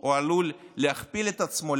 הוא עלול להכפיל את עצמו,